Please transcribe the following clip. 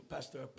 Pastor